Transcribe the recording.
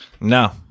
No